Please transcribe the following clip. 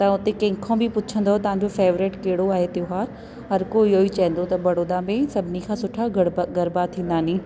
त हुते कंहिंखो बि पुछंदो तव्हांजो फेवरेट कहिड़ो आहे त्योहार हर कोई इहेई चईंदो की बड़ौदा में सभिनी खो सुठो गड़बा गरबा थींदा नी